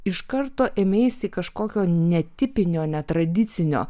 iš karto ėmeisi kažkokio netipinio netradicinio